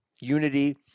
Unity